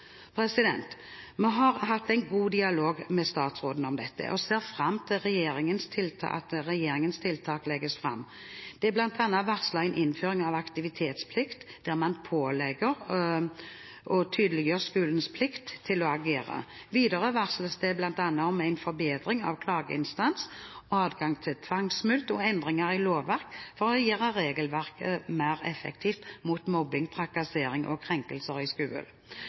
Vi har hatt en god dialog med statsråden om dette og ser fram til at regjeringens tiltak legges fram. Det er bl.a. varslet en innføring av aktivitetsplikt, der man pålegger og tydeliggjør skolens plikt til å agere. Videre varsles det bl.a. en forbedring av klageinstansene, adgang til tvangsmulkt og endringer i lovverk for å gjøre regelverket mer effektivt mot mobbing, trakassering og krenkelser i